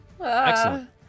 Excellent